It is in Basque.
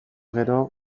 gero